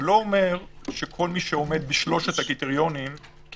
זה לא אומר שכל מי שעומד בשלושת הקריטריונים כי